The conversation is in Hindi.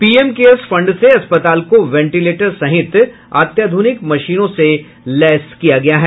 पीएम केयर्स फंड से अस्पताल को वेंटिलेटर सहित अत्याधुनिक मशीनों से लैस किया गया है